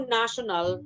national